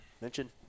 Mention